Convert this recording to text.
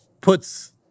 puts